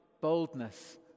boldness